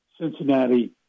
Cincinnati